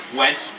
went